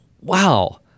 wow